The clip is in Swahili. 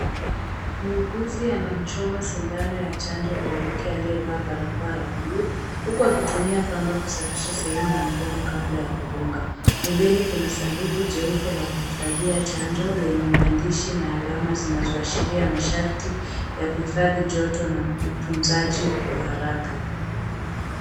Muuguzi anamchoma sindano ya chanjo mwanamke aliyevaa barakoa ya buluu , huku akitumia pamba kusafisha sehemu ya mkono kabla ya kudunga. Pembeni kuna sanduku jeupe la kuhifadhia chanjo lenye maandishi na alama zinazoashiria masharti ya kuhifadhi joto na utunzaji wa haraka.